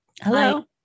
Hello